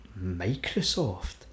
Microsoft